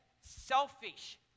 Selfish